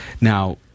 Now